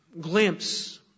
glimpse